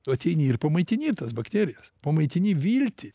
ateini ir pamaitini tas bakterijas pamaitini viltį